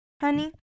Honey